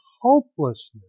hopelessness